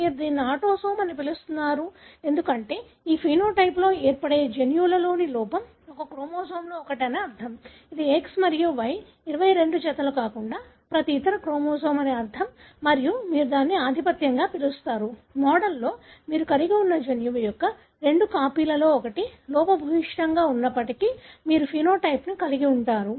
మీరు దీనిని ఆటోసోమ్ అని పిలుస్తున్నారు ఎందుకంటే ఈ ఫెనోటైప్లో ఏర్పడే జన్యువులోని లోపం ఒక క్రోమోజోమ్లో ఒకటి అని అర్థం ఇది X మరియు Y 22 జతలు కాకుండా ప్రతి ఇతర క్రోమోజోమ్ అని అర్ధం మరియు మీరు దానిని ఆధిపత్యంగా పిలుస్తారు మోడల్లో మీరు కలిగి ఉన్న జన్యువు యొక్క రెండు కాపీలలో ఒకటి లోపభూయిష్టంగా ఉన్నప్పటికీ మీరు ఫెనోటైప్ ని కలిగి ఉంటారు